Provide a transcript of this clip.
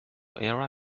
era